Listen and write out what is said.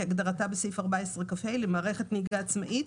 כהגדרתה בסעיף 14 כה למערכת נהיגה עצמאית,